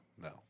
No